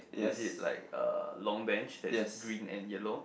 is it like uh long bench that is green and yellow